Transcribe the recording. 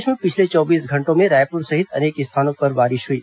प्रदेश में पिछले चौबीस घंटों में रायपुर सहित अनेक स्थानों पर बारिश हुई